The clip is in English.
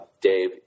Dave